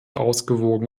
ausgewogen